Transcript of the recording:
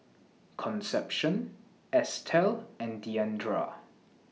Concepcion Estell and Diandra